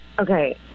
okay